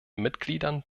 mitgliedern